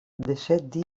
dèsset